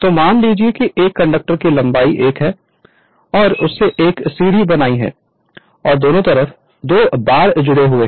Refer Slide Time 0027 तो मान लीजिए कि एक कंडक्टर की लंबाई l है और उसने एक सीढ़ी बनाई है और दोनों तरफ दो बार जुड़े हुए हैं